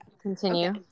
continue